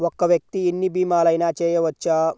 ఒక్క వ్యక్తి ఎన్ని భీమలయినా చేయవచ్చా?